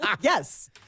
Yes